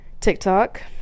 TikTok